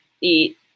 eat